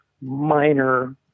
minor